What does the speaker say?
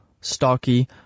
stocky